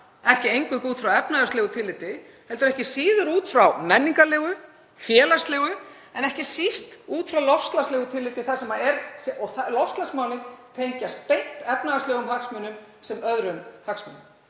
ekki eingöngu út frá efnahagslegu tilliti heldur ekki síður út frá menningarlegu, félagslegu en ekki síst út frá loftslagslegu tilliti þar sem loftslagsmálin tengjast beint efnahagslegum hagsmunum sem öðrum hagsmunum.